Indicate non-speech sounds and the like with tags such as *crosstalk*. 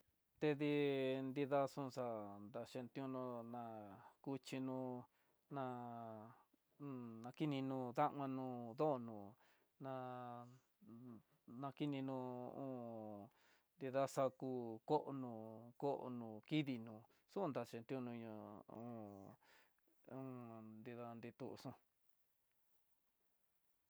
Tedii nida xonxa, ta xheiuno na'á, kuxhino ná un nakinino damanó ho dono ná nakininó ko tinda xakú kono kono kidii no xhunta xakidinó ho *hesitation* hom nrida nitonxó.